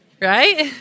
Right